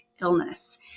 illness